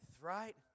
right